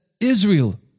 Israel